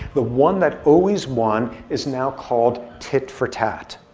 the one that always won is now called tit for tat.